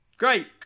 Great